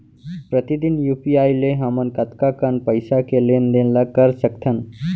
प्रतिदन यू.पी.आई ले हमन कतका कन पइसा के लेन देन ल कर सकथन?